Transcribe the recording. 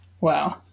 Wow